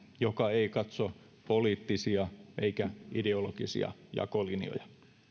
joka ei katso poliittisia eikä ideologisia jakolinjoja